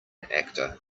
actor